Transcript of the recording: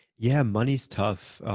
yeah, money's tough.